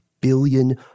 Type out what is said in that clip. billion